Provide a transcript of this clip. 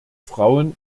frauen